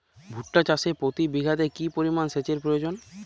ভুট্টা চাষে প্রতি বিঘাতে কি পরিমান সেচের প্রয়োজন?